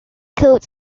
coat